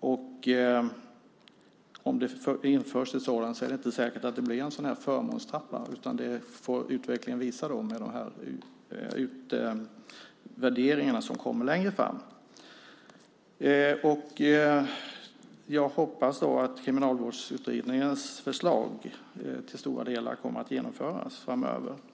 och om ett sådant system införs är det inte säkert att det blir i form av en förmånstrappa utan det får de utvärderingar som kommer längre fram visa. Jag hoppas att Kriminalvårdsutredningens förslag till stora delar kommer att genomföras framöver.